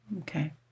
Okay